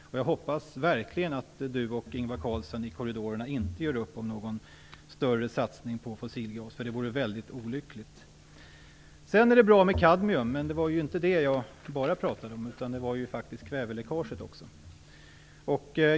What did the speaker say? Jag hoppas verkligen att Olof Johansson och Ingvar Carlsson inte gör upp i korridorerna om någon större satsning på fossilgas. Det vore väldigt olyckligt. Det där med kadmium är nog bra, men det var faktiskt kväveläckaget jag talade om.